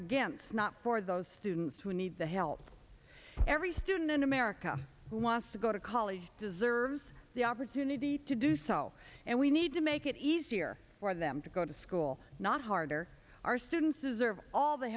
against not for those students who need the help every student in america who wants to go to college deserves the opportunity to do so and we need to make it easier for them to go to school not harder our students is all the